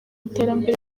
iterambere